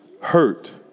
hurt